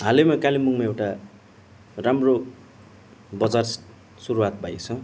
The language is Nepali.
हालैमा कालिम्पोङमा एउटा राम्रो बजार सुरुआत भएको छ